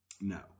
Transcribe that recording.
No